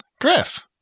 Griff